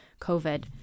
COVID